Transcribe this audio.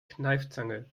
kneifzange